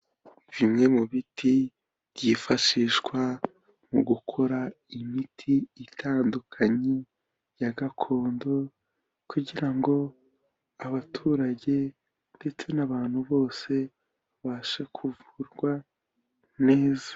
Bimwe mu biti byifashishwa mu gukora imiti itandukanye ya gakondo kugira ngo abaturage ndetse n'abantu bose babashe kuvurwa neza.